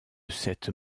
cette